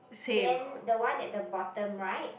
then the one at the bottom right